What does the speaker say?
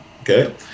Okay